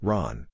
Ron